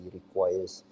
requires